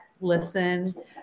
listen